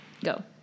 Go